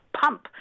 pump